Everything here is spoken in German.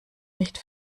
nicht